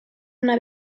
una